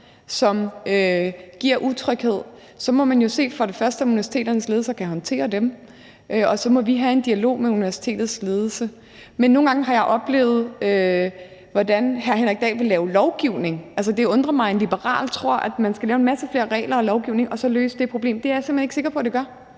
som giver utryghed, må man jo først og fremmest se, om universitetets ledelse kan håndtere dem. Og så må vi have en dialog med universitetets ledelse. Men nogle gange har jeg oplevet, hvordan hr. Henrik Dahl vil lave lovgivning. Det undrer mig, at en liberal tror, at man skal lave en masse flere regler og mere lovgivning for at løse det problem. Det er jeg simpelt hen ikke sikker på at det gør.